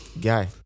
Guy